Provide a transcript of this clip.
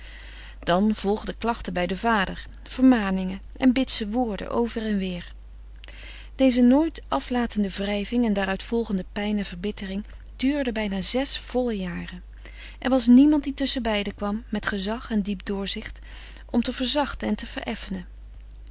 dan volgden klachten bij den vader vermaningen en bitse woorden over en weer deze nooit aflatende wrijving en daaruit volgende pijn en verbittering duurde bijna zes volle jaren er was niemand die tusschen beide kwam met gezag en diep doorzicht om te verzachten en te